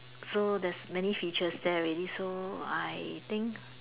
so there's many features there already so I think